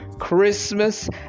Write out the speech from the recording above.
christmas